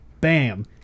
bam